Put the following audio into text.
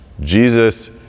Jesus